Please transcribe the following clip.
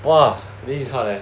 !wah! this is hard leh